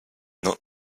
not